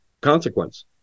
consequence